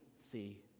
see